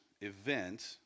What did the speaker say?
event